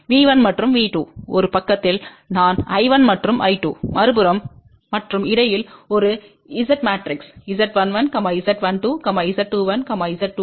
V1மற்றும் V2 ஒரு பக்கத்தில் நான் I1மற்றும் I2மறுபுறம் மற்றும் இடையில் ஒரு Z matrix Z11 Z12 Z21 Z22